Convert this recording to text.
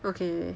okay